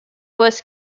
was